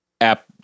app